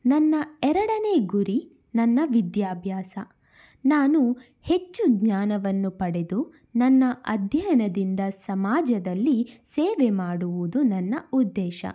ನನ್ನ ಎರಡನೇ ಗುರಿ ನನ್ನ ವಿದ್ಯಾಭ್ಯಾಸ ನಾನು ಹೆಚ್ಚು ಜ್ಞಾನವನ್ನು ಪಡೆದು ನನ್ನ ಅಧ್ಯಯನದಿಂದ ಸಮಾಜದಲ್ಲಿ ಸೇವೆ ಮಾಡುವುದು ನನ್ನ ಉದ್ದೇಶ